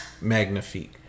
magnifique